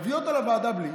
תביא אותו לוועדה בלי,